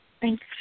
Thanks